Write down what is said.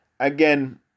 again